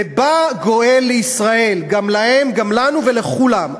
ובא גואל לישראל, גם להם, גם לנו ולכולם.